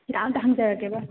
ꯍꯤꯗꯥꯛ ꯑꯃꯇ ꯍꯪꯖꯔꯛꯀꯦꯕ